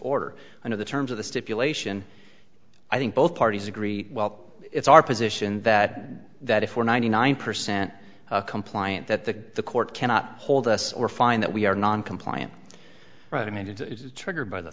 order under the terms of the stipulation i think both parties agree well it's our position that that if we're ninety nine percent compliant that the court cannot hold us or find that we are non compliant right i mean it's triggered by the